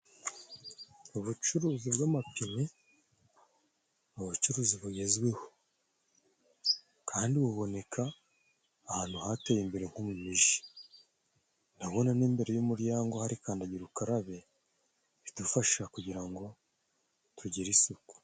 Ubucuruzi bw'amapine ni ubucuruzi bugezweho kandi buboneka ahantu hateye imbere nko mu miji. Ndabona n'imbere y'umuryango hari kandagira ukarabe idufasha kugira ngo tugire isuku.